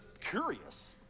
curious